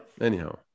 anyhow